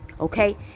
Okay